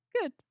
Good